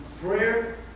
prayer